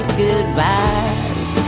goodbyes